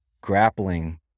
grappling